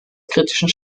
kritischen